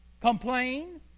Complain